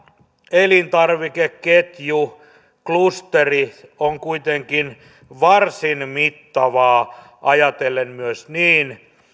elintarvikeketjuklusteri on kuitenkin varsin mittava asia ajatellen myös niin